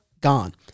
gone